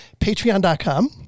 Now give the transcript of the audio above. patreon.com